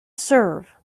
serve